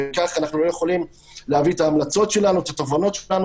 וכך אנחנו לא יכולים להביא את ההמלצות שלנו ואת התובנות שלנו